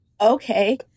Okay